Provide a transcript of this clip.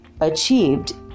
achieved